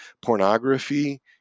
pornography